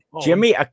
Jimmy